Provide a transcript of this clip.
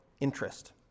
interest